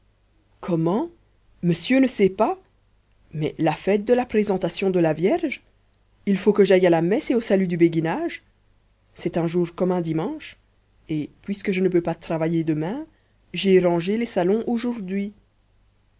comment monsieur ne sait pas mais la fête de la présentation de la vierge il faut que j'aille à la messe et au salut du béguinage c'est un jour comme un dimanche et puisque je ne peux pas travailler demain j'ai rangé les salons aujourd'hui